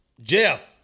Jeff